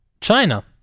China